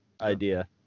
idea